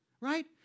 right